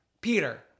Peter